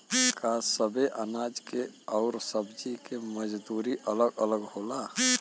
का सबे अनाज के अउर सब्ज़ी के मजदूरी अलग अलग होला?